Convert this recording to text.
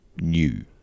new